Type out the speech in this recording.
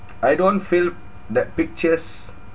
I don't feel that pictures